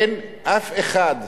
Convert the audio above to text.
אין אף אחד,